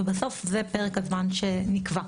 ובסוף זה פרק הזמן שנקבע.